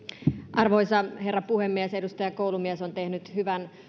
arvoisa herra puhemies edustaja koulumies on tehnyt hyvän